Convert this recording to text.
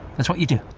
that's what you do.